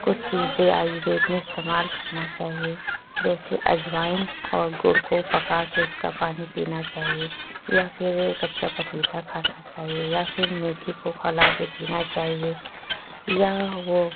کچھ چیزیں آیوروید میں استعمال کرنا چاہیے جیسے اجوائن اور گڑ کو پکا کے اس کا پانی پینا چاہیے یا پھر کچا پپیتا کھانا چاہیے یا پھر میتھی کو پھلا کے پینا چاہیے یا وہ